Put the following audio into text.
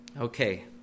Okay